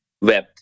web